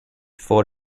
four